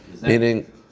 Meaning